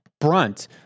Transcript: brunt